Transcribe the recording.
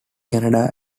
canada